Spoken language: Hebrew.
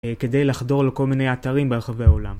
כדי לחדור לכל מיני אתרים ברחבי העולם.